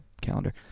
calendar